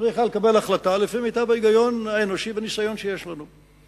צריך לקבל החלטה לפי מיטב ההיגיון האנושי והניסיון שיש לנו.